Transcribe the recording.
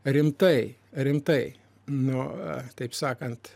rimtai rimtai nu taip sakant